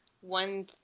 one